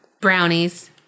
Brownies